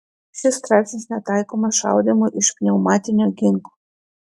šis straipsnis netaikomas šaudymui iš pneumatinio ginklo